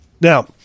Now